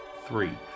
three